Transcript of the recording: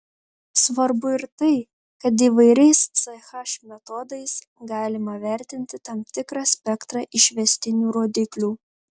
svarbu ir tai kad įvairiais ch metodais galima vertinti tam tikrą spektrą išvestinių rodiklių